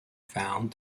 found